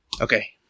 Okay